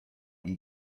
you